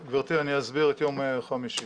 גברתי, אני אסביר את יום חמישי.